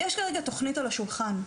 יש כרגע תוכנית על השולחן.